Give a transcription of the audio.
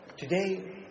Today